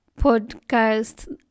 podcast